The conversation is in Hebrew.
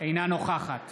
אינה נוכחת